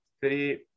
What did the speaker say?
three